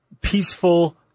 peaceful